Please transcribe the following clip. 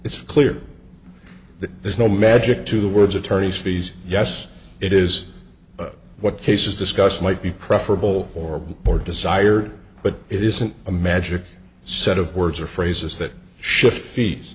it's clear that there's no magic to the words attorney's fees yes it is what cases discussed might be preferable or more desired but it isn't a magic set of words or phrases that shift fees